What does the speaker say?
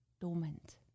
dormant